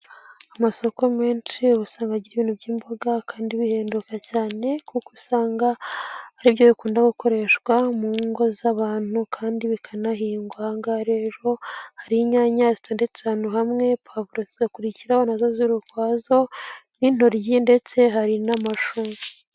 Amasoko menshi uba usanga agira ibintu by'imboga kandi bihenduka cyane ,kuko usanga aribyo bikunda gukoreshwa mu ngo z'abantu ,kandi bikanahingwaga .Aha ngaha rero hari inyanya zitondetse ahantu hamwe ,puwavuro zigakurikiraho nazo ziri ukwazo, n'intoryi ,ndetse hari n'amashu.